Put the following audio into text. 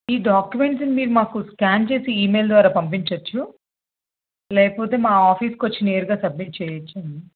ఈ డాక్యుమెంట్స్ని మీర్ మాకు స్కాన్ చేసి ఈమెయిల్ ద్వారా పంపించచ్చు లేకపోతే మా ఆఫీస్కి వచ్చి నేరుగా సబ్మిట్ చెయ్యచ్చండి